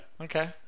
okay